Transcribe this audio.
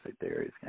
theories